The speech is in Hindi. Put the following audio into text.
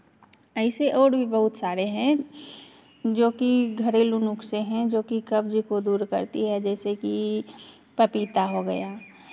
ऐसे और भी बहुत सारे हैं जोकि घरेलू नुस्खे हैं जो कि कब्ज़ को दूर करती है जैसे कि पपीता हो गया